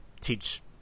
teach